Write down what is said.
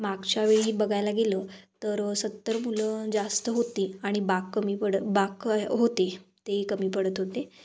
मागच्या वेळी बघायला गेलं तर सत्तर मुलं जास्त होते आणि बाक कमी पडत बाक होते ते कमी पडत होते